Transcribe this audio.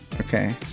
Okay